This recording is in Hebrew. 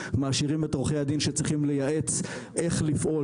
מעשירים את עורכי הדין שצריכים לייעץ איך לפעול